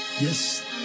Yes